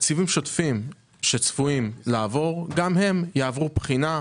תקציבים שוטפים שצפויים לעבור, גם הם יעברו בחינה,